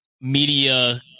Media